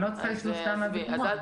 אני לא צריכה לשלוף סתם מהזיכרון.